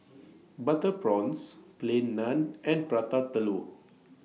Butter Prawns Plain Naan and Prata Telur